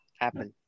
Apple